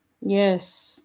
yes